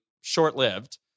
short-lived